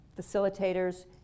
facilitators